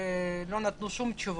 לוועדת הקורונה ולא נתנו שום תשובות.